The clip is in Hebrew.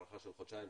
הארכה של שנתיים.